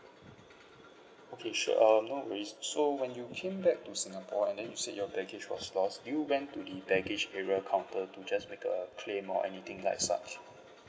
okay sure um no worries so when you came back to singapore and then you said your baggage was lost do you went to the baggage area counter to just make a claim or anything like such